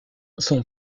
son